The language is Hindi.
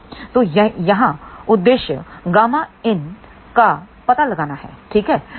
तो यहाँ उद्देश्य Ƭinका पता लगाना हैठीक है